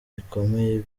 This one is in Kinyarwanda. bikomeye